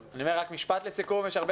יש הרבה חברי כנסת שרוצים לדבר ואנשים